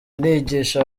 nigisha